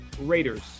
Raiders